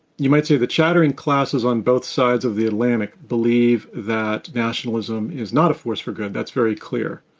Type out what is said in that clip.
you might say the chattering classes on both sides of the atlantic believe that nationalism is not a force for good. that's very clear.